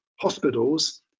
hospitals